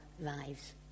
lives